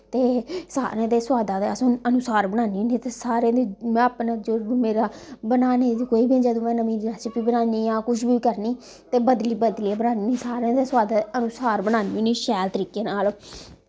ते सारें दे सोआदा दे अनुसार बनानी होनी ते सारें दे में अपना जो बी मेरा बनाने च जद में नमीं रैसिपी बनानी आं कुछ बी करनी ते बदली बदलियै बनानी सारें दे सोआदा दे अलुसार बनानी होनी शैल तरीके नाल